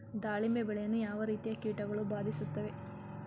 ದಾಳಿಂಬೆ ಬೆಳೆಯನ್ನು ಯಾವ ರೀತಿಯ ಕೀಟಗಳು ಬಾಧಿಸುತ್ತಿವೆ?